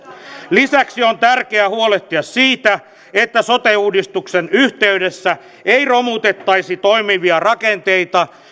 lisäksi on tärkeää huolehtia siitä että sote uudistuksen yhteydessä ei romutettaisi toimivia rakenteita